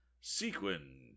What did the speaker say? Sequin